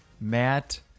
Matt